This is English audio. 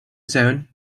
zone